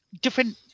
different –